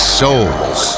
souls